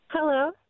Hello